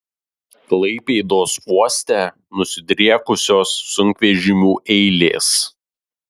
klaipėdos uoste nusidriekusios sunkvežimių eilės